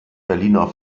berliner